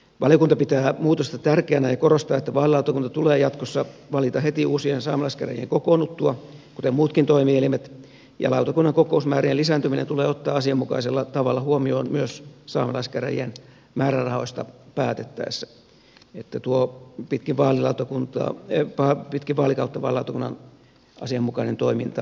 valiokunta pitää muutosta tärkeänä ja korostaa että vaalilautakunta tulee jatkossa valita heti uusien saamelaiskäräjien kokoonnuttua kuten muutkin toimielimet ja lautakunnan kokousmäärien lisääntyminen tulee ottaa asianmukaisella tavalla huomioon myös saamelaiskäräjien määrärahoista päätettäessä jotta tuo vaalilautakunnan asianmukainen toiminta pitkin vaalikautta mahdollistuu